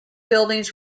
buildings